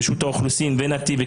הפעולה.